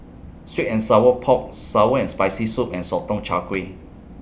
Sweet and Sour Pork Sour and Spicy Soup and Sotong Char Kway